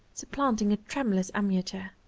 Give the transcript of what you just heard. supplanting a tremulous amateur.